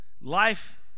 Life